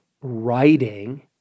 writing